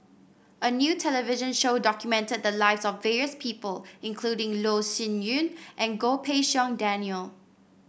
a new television show documented the lives of various people including Loh Sin Yun and Goh Pei Siong Daniel